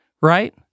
right